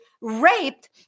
raped